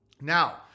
Now